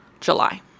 July